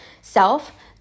self